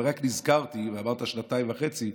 אבל רק נזכרתי, ואמרת, שנתיים וחצי,